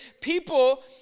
people